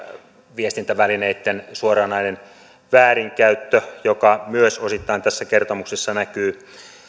viestintävälineitten suoranainen väärinkäyttö joka myös osittain tässä kertomuksessa näkyy